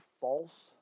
false